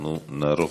אנחנו נערוך,